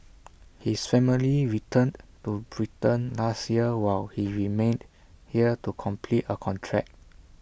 his family returned to Britain last year while he remained here to complete A contract